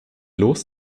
los